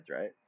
right